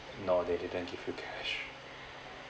no they didn't give you cash